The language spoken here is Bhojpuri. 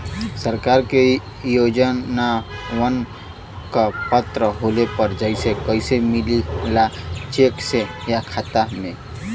सरकार के योजनावन क पात्र होले पर पैसा कइसे मिले ला चेक से या खाता मे?